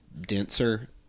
denser